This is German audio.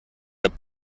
der